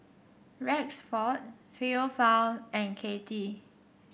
Rexford Theophile and Katie